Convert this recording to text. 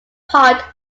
part